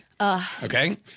Okay